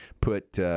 put –